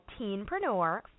teenpreneur